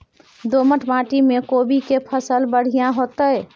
दोमट माटी में कोबी के फसल बढ़ीया होतय?